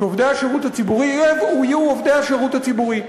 שעובדי השירות הציבורי יהיו עובדי השירות הציבורי,